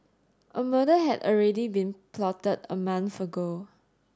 a murder had already been plotted a month ago